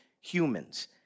humans